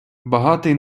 багатий